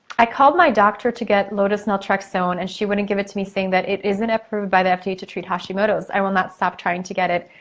i called my doctor to get low dose naltrexone and she wouldn't give it to me saying that it isn't approved by the fda to to treat hashimoto's. i will not stop trying to get it.